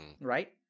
Right